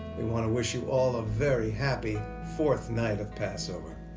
we wanna wish you all a very happy fourth night of passover.